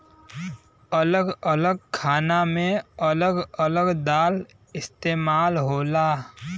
अलग अलग खाना मे अलग अलग दाल इस्तेमाल होला